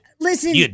Listen